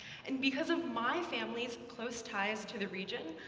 and because of my family's close ties to the region,